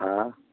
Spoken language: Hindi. हाँ